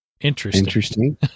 Interesting